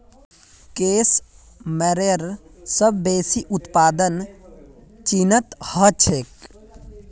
case मेयरेर सबस बेसी उत्पादन चीनत ह छेक